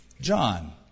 John